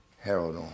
Harold